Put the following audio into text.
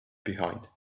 behind